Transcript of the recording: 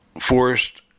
forced